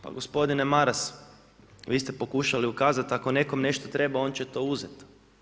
Pa gospodine Maras, vi ste pokušali ukazati ako nekome nešto treba, on će to uzeti.